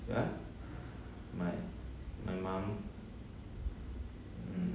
yeah my my mum mm